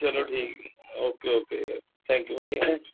ਚਲੋ ਠੀਕ ਹੈ ਓਕੇ ਓਕੇ ਥੈਂਕ ਯੂ ਭਾਅ ਜੀ ਹੈਂ